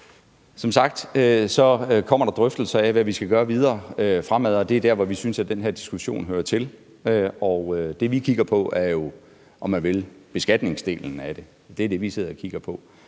Som sagt kommer der drøftelser af, hvad vi skal gøre videre fremover, og det er der, vi synes at den her diskussion hører til. Det, vi kigger på, er jo, om man vil, beskatningsdelen af det. Det er det, vi sidder og kigger på.